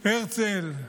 הרצל,